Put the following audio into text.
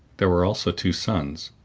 there were also two sons,